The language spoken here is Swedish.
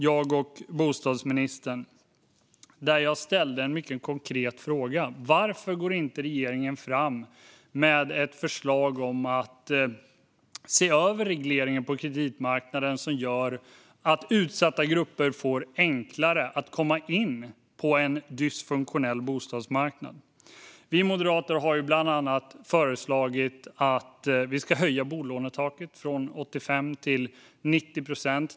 Jag ställde då en mycket konkret fråga: Varför går regeringen inte fram med ett förslag om att se över regleringen på kreditmarknaden som gör att utsatta grupper får enklare att komma in på en dysfunktionell bostadsmarknad? Vi moderater har bland annat föreslagit att bolånetaket ska höjas från 85 procent till 90 procent.